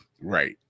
Right